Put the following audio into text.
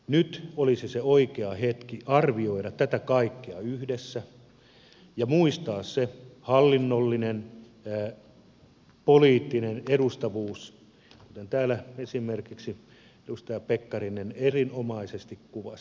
nyt olisi se oikea hetki arvioida tätä kaikkea yhdessä ja muistaa se hallinnollinen poliittinen edustavuus kuten täällä esimerkiksi edustaja pekkarinen erinomaisesti kuvasi